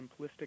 simplistic